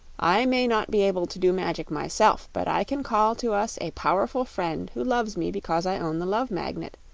i may not be able to do magic myself, but i can call to us a powerful friend who loves me because i own the love magnet,